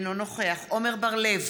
אינו נוכח עמר בר-לב,